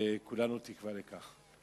וכולנו תקווה לכך.